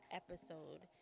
episode